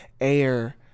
air